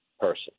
person